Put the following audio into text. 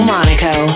Monaco